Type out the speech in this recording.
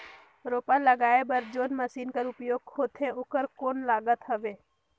रोपा लगाय बर जोन मशीन कर उपयोग होथे ओकर कौन लागत हवय?